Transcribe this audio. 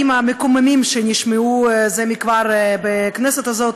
המקוממים שנשמעו זה מכבר בכנסת הזאת.